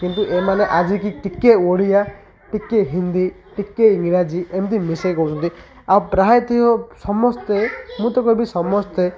କିନ୍ତୁ ଏମାନେ ଆଜିକି ଟିକେ ଓଡ଼ିଆ ଟିକେ ହିନ୍ଦୀ ଟିକେ ଇଂରାଜୀ ଏମିତି ମିଶେଇ କହୁଛନ୍ତି ଆଉ ପ୍ରାୟତଃ ସମସ୍ତେ ମୁଁ ତ କହିବି ସମସ୍ତେ